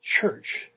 church